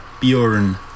Bjorn